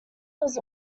was